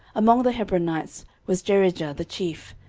among the hebronites was jerijah the chief,